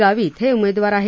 गावीत हे उमेदवार आहेत